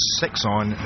six-on